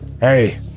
Hey